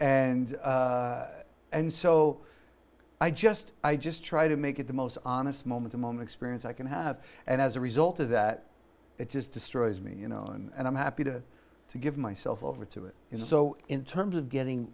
d and so i just i just try to make it the most honest moment a moment experience i can have and as a result of that it just destroys me you know and i'm happy to to give myself over to it and so in terms of getting